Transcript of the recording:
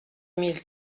mille